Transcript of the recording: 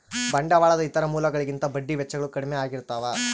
ಬಂಡವಾಳದ ಇತರ ಮೂಲಗಳಿಗಿಂತ ಬಡ್ಡಿ ವೆಚ್ಚಗಳು ಕಡ್ಮೆ ಆಗಿರ್ತವ